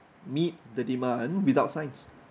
meet the demand without science